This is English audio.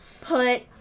put